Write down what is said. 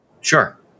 sure